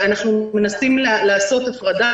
אנחנו מנסים לעשות הפרדה.